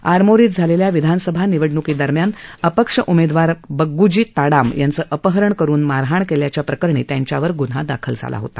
आरमोरीत झालेल्या विधानसभा निवडण्कीदरम्यान अपक्ष उमेदवार बग्गूजी ताडाम यांचं अपहरण करुन मारहाण केल्याच्या प्रकरणी त्यांच्यावर गुन्हा दाखल होता